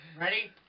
ready